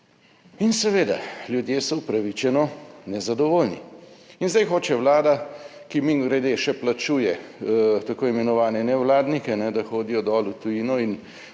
In seveda, ljudje so upravičeno nezadovoljni, in zdaj hoče Vlada, ki mimogrede še plačuje tako imenovane nevladnike, da hodijo dol v tujino in